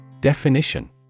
Definition